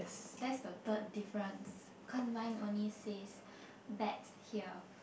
that's the third difference cause mine only says bets here